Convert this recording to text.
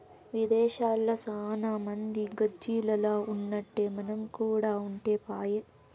విదేశాల్ల సాన మంది గాజిల్లల్ల ఉన్నట్టే మనం కూడా ఉంటే పాయె